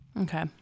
okay